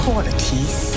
Qualities